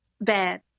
bad